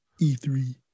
E3